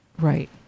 Right